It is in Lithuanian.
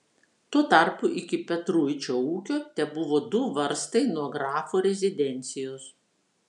tuo tarpu iki petruičio ūkio tebuvo du varstai nuo grafo rezidencijos